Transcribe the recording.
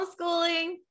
homeschooling